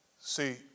see